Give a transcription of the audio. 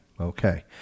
Okay